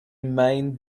main